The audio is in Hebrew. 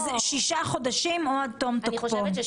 אתם צריכים לפרסם טיוטות לעיון הציבור אבל פעם אחת לא פרסמת.